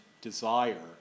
desire